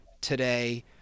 today